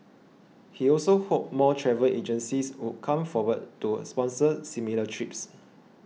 he also hoped more travel agencies would come forward to sponsor similar trips